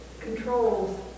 controls